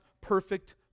perfect